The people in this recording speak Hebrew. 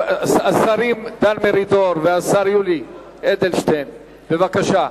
השרים דן מרידור ויולי אדלשטיין, בבקשה.